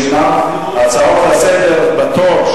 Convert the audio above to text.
ישנן הצעות לסדר-היום בתור,